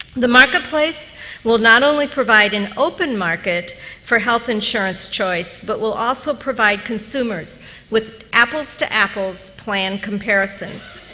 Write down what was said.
the marketplace will not only provide an open market for health insurance choice, but will also provide consumers with apples to apples plan comparisons.